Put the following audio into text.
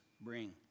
bring